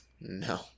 No